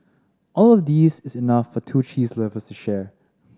all of these is enough for two cheese lovers to share